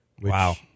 Wow